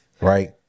Right